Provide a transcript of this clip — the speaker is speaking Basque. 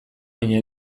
baina